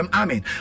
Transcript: amen